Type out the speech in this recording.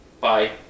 Bye